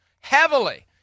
heavily